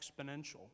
exponential